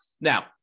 Now